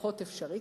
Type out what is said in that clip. לפחות אפשרי,